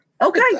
okay